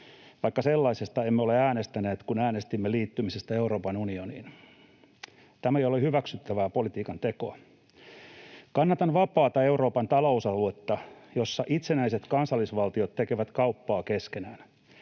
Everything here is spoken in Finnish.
vaikka sellaisesta emme ole äänestäneet, kun äänestimme liittymisestä Euroopan unioniin. Tämä ei ole hyväksyttävää politiikantekoa. Kannatan vapaata Euroopan talousaluetta, jossa itsenäiset kansallisvaltiot tekevät kauppaa keskenään.